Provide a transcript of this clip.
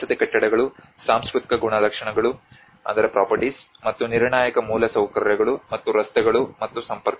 ವಸತಿ ಕಟ್ಟಡಗಳು ಸಾಂಸ್ಕೃತಿಕ ಗುಣಲಕ್ಷಣಗಳು ಮತ್ತು ನಿರ್ಣಾಯಕ ಮೂಲಸೌಕರ್ಯಗಳು ಮತ್ತು ರಸ್ತೆಗಳು ಮತ್ತು ಸಂಪರ್ಕ